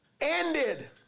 ended